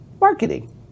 marketing